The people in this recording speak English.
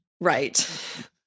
right